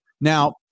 Now